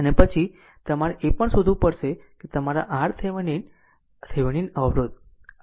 અને પછી તમારે એ પણ શોધવું પડશે કે તમારા RThevenin થેવેનિન અવરોધ